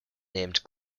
named